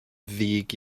ddig